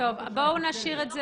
--- בואו נשאיר את זה.